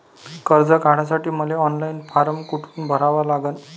कर्ज काढासाठी मले ऑनलाईन फारम कोठून भरावा लागन?